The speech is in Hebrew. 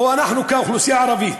או אנחנו, כאוכלוסייה הערבית,